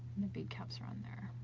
the bead caps around there,